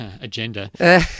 agenda